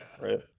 right